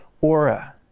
aura